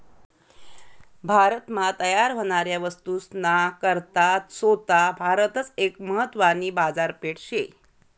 भारत मा तयार व्हनाऱ्या वस्तूस ना करता सोता भारतच एक महत्वानी बाजारपेठ शे